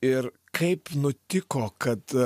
ir kaip nutiko kad